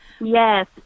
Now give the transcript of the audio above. yes